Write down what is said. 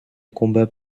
combat